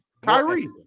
Kyrie